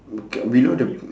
below the